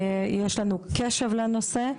יש לנו קשב לנושא,